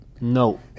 No